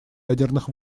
ядерных